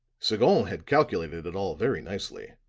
sagon had calculated it all very nicely.